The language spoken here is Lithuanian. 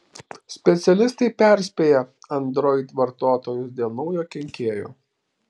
specialistai perspėja android vartotojus dėl naujo kenkėjo